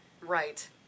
Right